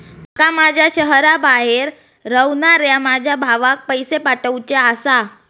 माका माझ्या शहराबाहेर रव्हनाऱ्या माझ्या भावाक पैसे पाठवुचे आसा